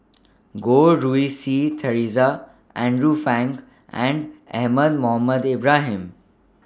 Goh Rui Si Theresa Andrew Phang and Ahmad Mohamed Ibrahim